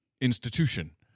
institution